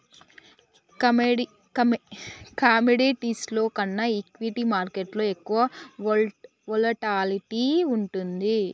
కమోడిటీస్లో కన్నా ఈక్విటీ మార్కెట్టులో ఎక్కువ వోలటాలిటీ వుంటది